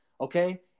Okay